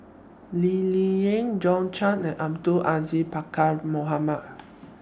Lee Ling Yen John Clang and Abdul Aziz Pakkeer Mohamed